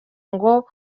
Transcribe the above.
ngo